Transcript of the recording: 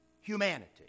humanity